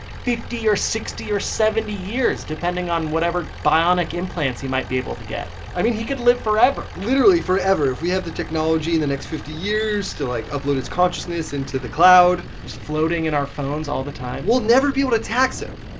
fifty or sixty or seventy years depending on whatever bionic implants he might be able to get. i mean, he could live forever literally forever. if we have the technology in the next fifty years to, like, upload his consciousness into the cloud. just floating in our phones all the time. we'll never be able to tax him.